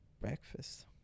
Breakfast